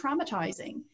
traumatizing